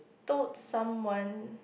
told someone